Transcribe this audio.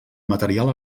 material